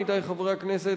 עמיתי חברי הכנסת,